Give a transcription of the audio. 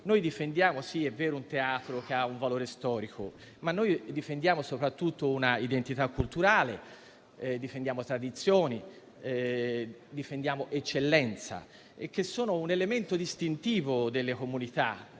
che difendiamo un teatro che ha un valore storico, ma noi difendiamo soprattutto una identità culturale, tradizioni ed eccellenza, che sono elementi distintivi delle comunità.